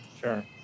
sure